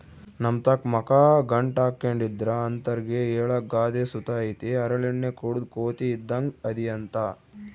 ನಮ್ತಾಕ ಮಕ ಗಂಟಾಕ್ಕೆಂಡಿದ್ರ ಅಂತರ್ಗೆ ಹೇಳಾಕ ಗಾದೆ ಸುತ ಐತೆ ಹರಳೆಣ್ಣೆ ಕುಡುದ್ ಕೋತಿ ಇದ್ದಂಗ್ ಅದಿಯಂತ